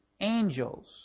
angels